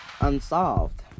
unsolved